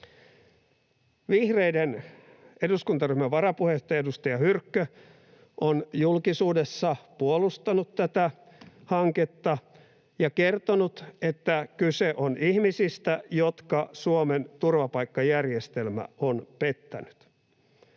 Vihreiden eduskuntaryhmän varapuheenjohtaja, edustaja Hyrkkö, on julkisuudessa puolustanut tätä hanketta ja kertonut, että kyse on ihmisistä, jotka Suomen turvapaikkajärjestelmä on pettänyt.